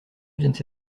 viennent